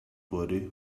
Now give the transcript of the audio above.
worry